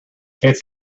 its